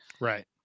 right